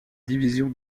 division